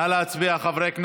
נא להצביע, חברי הכנסת.